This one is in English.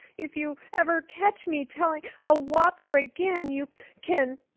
if you ever catch me telling a whopper again you can.